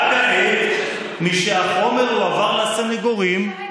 אתה עכשיו מדבר תחת צו איסור פרסום.